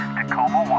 Tacoma